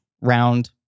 round